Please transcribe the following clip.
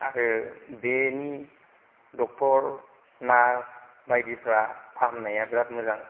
आरो बेनि doctor nurse बायदिफ्रा फाहामनाया बिरात मोजां